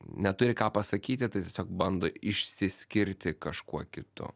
neturi ką pasakyti tai tiesiog bando išsiskirti kažkuo kitu